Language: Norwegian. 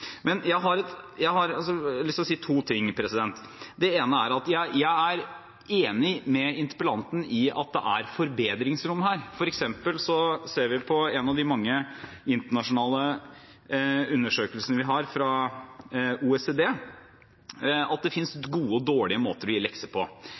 Men jeg har lyst til å si to ting. Det ene er at jeg er enig med interpellanten i at det er forbedringsrom her. For eksempel ser vi på en av de mange internasjonale undersøkelsene vi har fra OECD, at det finnes gode og dårlige måter å gi lekser på.